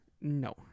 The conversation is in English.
No